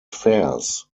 fares